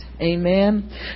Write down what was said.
Amen